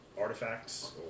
artifacts